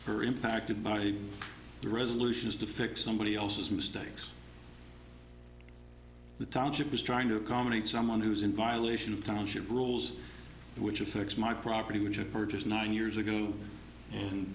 are impacted by the resolutions to fix somebody else's mistakes the township is trying to accommodate someone who is in violation of township rules which affects my property which i purchased nine years ago and